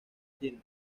china